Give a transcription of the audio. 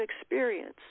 experience